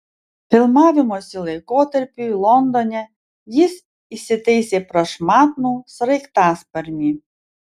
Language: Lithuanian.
filmavimosi laikotarpiui londone jis įsitaisė prašmatnų sraigtasparnį